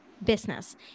business